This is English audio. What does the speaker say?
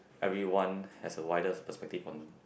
everyone has a wider perspective on